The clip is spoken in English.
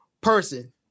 person